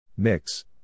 Mix